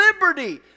liberty